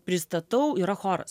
pristatau yra choras